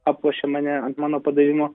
aplošia mane ant mano padavimo